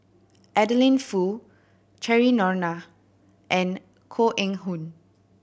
Adeline Foo Cheryl Noronha and Koh Eng Hoon